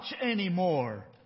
anymore